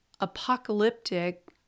apocalyptic